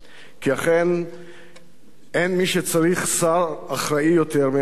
כי אכן אין מי שצריך שר אחראי יותר מהעורף,